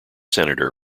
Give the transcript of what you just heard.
senator